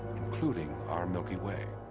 including our milky way.